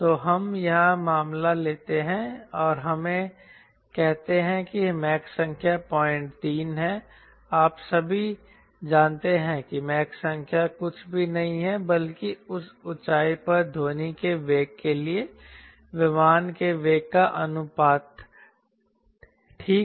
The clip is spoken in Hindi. तो हम यहां मामला लेते हैं और हमें कहते हैं कि मैक संख्या 03 है आप सभी जानते हैं मैक संख्या कुछ भी नहीं है बल्कि उस ऊंचाई पर ध्वनि के वेग के लिए विमान के वेग का अनुपातठीक